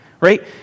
right